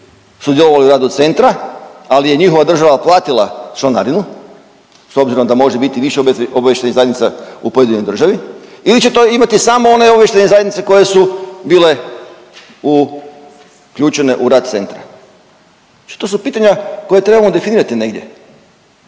sudjelovali u radu centra, ali je njihova država platila članarinu, s obzirom da može biti više obavještajnih zajednica u pojedinoj državi ili će to imati samo one obavještajne zajednice koje su bile uključene u rad centra. Znači to su pitanja koja trebamo definirati negdje.